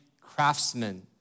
craftsmen